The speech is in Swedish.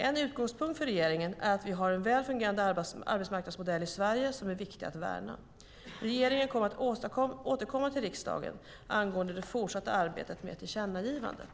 En utgångspunkt för regeringen är att vi har en väl fungerande arbetsmarknadsmodell i Sverige som är viktig att värna. Regeringen kommer att återkomma till riksdagen angående det fortsatta arbetet med tillkännagivandet.